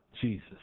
Jesus